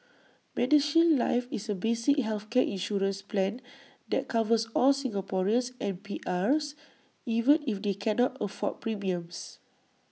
medishield life is A basic healthcare insurance plan that covers all Singaporeans and PRs even if they cannot afford premiums